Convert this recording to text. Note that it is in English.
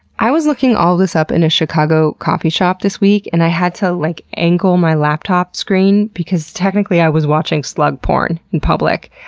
i was looking all this up in a chicago coffee shop this week, and i had to like angle my laptop screen because technically i was watching slug porn in public.